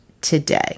today